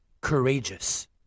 courageous